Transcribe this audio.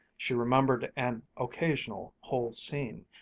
she remembered an occasional whole scene,